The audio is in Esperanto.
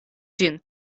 ĝin